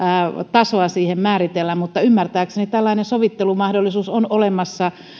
tasoa siihen määritellä mutta ymmärtääkseni tällainen sovittelumahdollisuus on olemassa